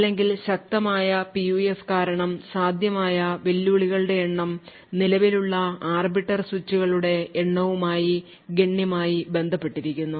അല്ലെങ്കിൽ ശക്തമായ PUF കാരണം സാധ്യമായ വെല്ലുവിളികളുടെ എണ്ണം നിലവിലുള്ള ആർബിറ്റർ സ്വിച്ചുകളുടെ എണ്ണവുമായി ഗണ്യമായി ബന്ധപ്പെട്ടിരിക്കുന്നു